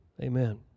Amen